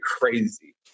crazy